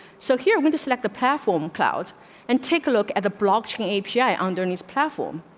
so here were to select the perform cloud and take a look at the blocking a p i underneath platform.